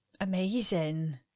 Amazing